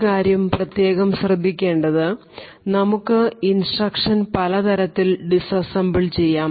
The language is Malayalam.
ഒരു കാര്യം പ്രത്യേകം ശ്രദ്ധിക്കേണ്ടത് നമുക്ക് ഇൻസ്ട്രക്ഷൻ പല തരത്തിൽ ഡിസ് അസംബിൾ ചെയ്യാം